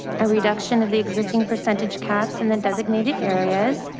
or reduction of the existing percentage calves in the designated areas,